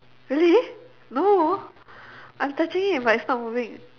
really no I'm touching it but it's not moving